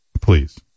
please